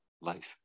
life